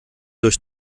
durch